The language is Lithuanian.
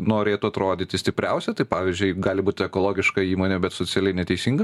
norėtų atrodyti stipriausia tai pavyzdžiui gali būt ekologiška įmonė bet socialiai neteisinga